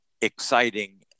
exciting